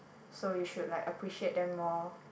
so you should like appreciate them more